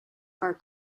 are